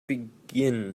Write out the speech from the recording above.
begin